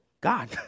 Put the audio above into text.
God